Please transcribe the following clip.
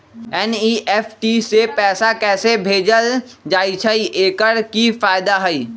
NEFT से पैसा कैसे भेजल जाइछइ? एकर की फायदा हई?